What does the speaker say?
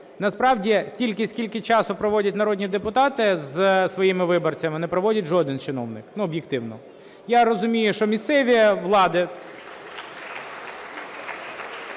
насправді, стільки, скільки часу проводять народні депутати зі своїми виборцями, не проводить жоден чиновники, ну, об'єктивно. Я розумію, що місцеві влади...